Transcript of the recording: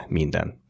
minden